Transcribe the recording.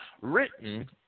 written